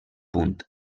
punt